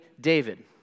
David